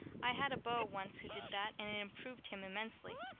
i had a beau once who did that and it improved him immensely.